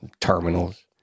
terminals